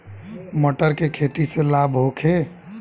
मटर के खेती से लाभ होखे?